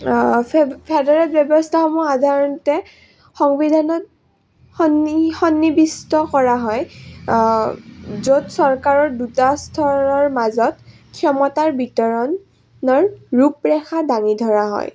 federal ব্যৱস্থাসমূহ সাধাৰণতে সংবিধানত সন্নি সন্নিৱিষ্ট কৰা হয় য'ত চৰকাৰৰ দুটা স্তৰৰ মাজত ক্ষমতাৰ বিতৰণৰ ৰূপৰেখা দাঙি ধৰা হয়